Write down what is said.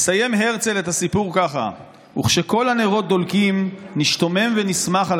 מסיים הרצל את הסיפור ככה: "וכשכל הנרות דולקים נשתומם ונשמח על